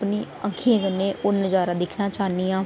अपनी अक्खियें कन्नै ओह् नज़ारा दिक्खना चाह्न्नी आं